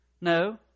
No